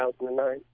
2009